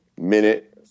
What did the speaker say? minute